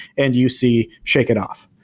and you see shake it off.